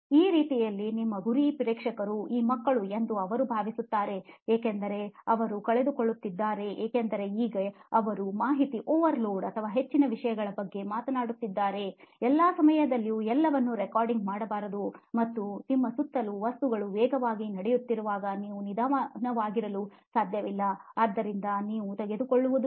ಆ ರೀತಿಯಲ್ಲಿ ನಿಮ್ಮ ಗುರಿ ಪ್ರೇಕ್ಷಕರು ಈ ಮಕ್ಕಳು ಎಂದು ಅವರು ಭಾವಿಸುತ್ತಾರೆ ಏಕೆಂದರೆ ಅವರು ಕಳೆದುಕೊಳ್ಳುತ್ತಿದ್ದಾರೆ ಏಕೆಂದರೆ ಈಗ ಅವರು ಮಾಹಿತಿ ಓವರ್ಲೋಡ್ ಮತ್ತು ಹೆಚ್ಚಿನ ವಿಷಯಗಳ ಬಗ್ಗೆ ಮಾತನಾಡುತ್ತಿದ್ದಾರೆ ಎಲ್ಲಾ ಸಮಯದಲ್ಲೂ ಎಲ್ಲವನ್ನೂ ರೆಕಾರ್ಡಿಂಗ್ ಮಾಡಬಾರದು ಮತ್ತು ನಿಮ್ಮ ಸುತ್ತಲೂ ವಸ್ತುಗಳು ವೇಗವಾಗಿ ನಡೆಯುತ್ತಿರುವಾಗ ನೀವು ನಿಧಾನವಾಗಿರಲು ಸಾಧ್ಯವಿಲ್ಲ ಆದ್ದರಿಂದ ನೀವು ತೆಗೆದುಕೊಳ್ಳುವುದು ಏನು